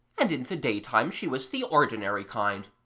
and in the daytime she was the ordinary kind.